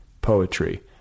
poetry